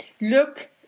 Look